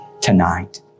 tonight